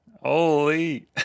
Holy